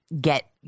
get